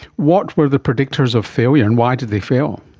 what were the predictors of failure and why did they fail?